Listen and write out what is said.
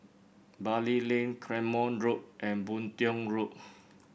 Bali Lane Claymore Road and Boon Tiong Road